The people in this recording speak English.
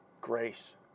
grace